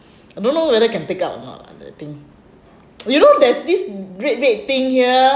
I don't know whether can pick out or not lah the thing you know there's this red red thing here